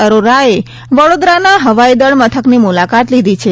અરોરાએ વડોદરાના હવાઈદળ મથકની મુલાકાત લીધી છે